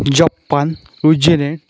Japan New Zealand